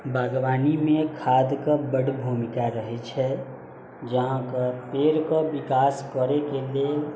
बागवानीमे खादके बड्ड भूमिका रहै छै जे अहाँके पेड़के विकास करैके लेल